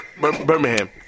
Birmingham